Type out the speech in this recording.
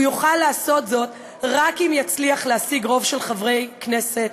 הוא יוכל לעשות זאת רק אם יצליח להשיג רוב של חברי כנסת,